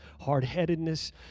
hard-headedness